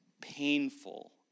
painful